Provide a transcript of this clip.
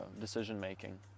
decision-making